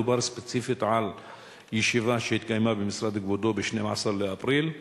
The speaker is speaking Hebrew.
דובר ספציפית על ישיבה שהתקיימה במשרד כבודו ב-12 באפריל,